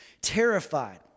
terrified